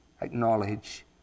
acknowledge